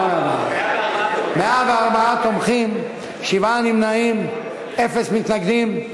104, 104 תומכים, שבעה נמנעים, אפס מתנגדים.